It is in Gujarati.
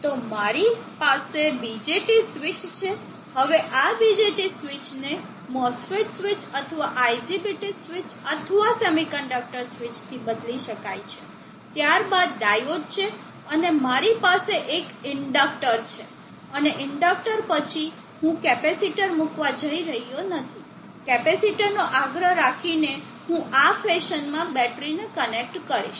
તો મારી પાસે BJT સ્વિચ છે હવે આ BJT સ્વિચને MOSFET સ્વીચ અથવા IGBT સ્વીચ અથવા સેમિકન્ડક્ટર સ્વીચથી બદલી શકાય છે ત્યારબાદ ડાયોડ છે અને મારી પાસે એક ઇન્ડક્ટર છે અને ઇન્ડક્ટર પછી હું કેપેસિટર મૂકવા જઈ રહ્યો નથી કેપેસિટરનો આગ્રહ રાખીને હું આ ફેશનમાં બેટરીને કનેક્ટ કરીશ